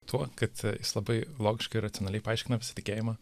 tuo kad jis labai logiškai ir racionaliai paaiškina visą tikėjimą